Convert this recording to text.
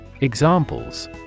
Examples